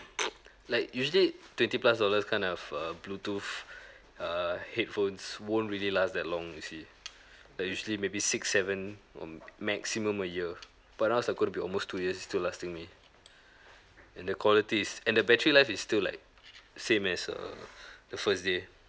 like usually twenty plus dollars kind of uh bluetooth err headphones won't really last that long you see like usually maybe six seven or maximum a year but now is uh gonna be almost two years is still lasting me and the quality is and the battery life is still like same as err the first day